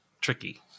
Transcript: tricky